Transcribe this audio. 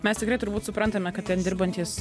mes tikrai turbūt suprantame kad ten dirbantys